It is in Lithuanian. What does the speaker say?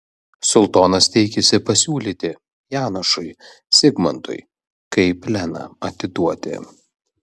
sultonas teikėsi pasiūlyti janošui zigmantui kaip leną atiduoti